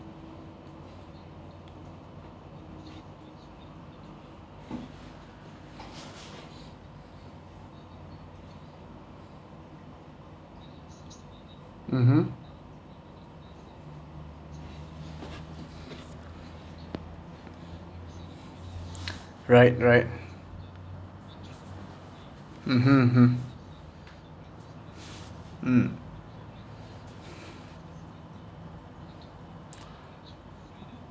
mmhmm right right mmhmm mmhmm mm